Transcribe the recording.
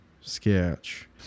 sketch